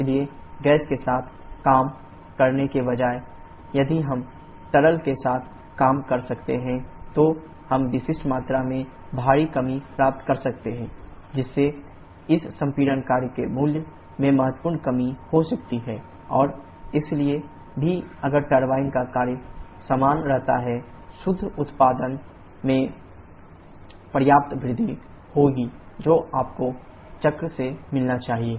इसलिए गैस के साथ काम करने के बजाय यदि हम तरल के साथ काम कर सकते हैं तो हम विशिष्ट मात्रा में भारी कमी प्राप्त कर सकते हैं जिससे इस संपीड़न कार्य के मूल्य में महत्वपूर्ण कमी हो सकती है और इसलिए भी अगर टरबाइन का कार्य समान रहता है शुद्ध उत्पादन में पर्याप्त वृद्धि होगी जो आपको चक्र से मिलना चाहिए